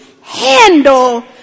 handle